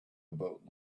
about